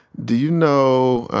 do you know